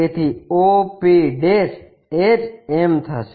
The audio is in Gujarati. તેથી o p એ જ m થશે